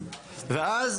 ואז,